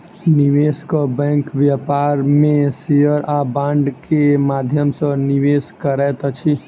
निवेशक बैंक व्यापार में शेयर आ बांड के माध्यम सॅ निवेश करैत अछि